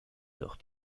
doch